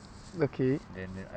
okay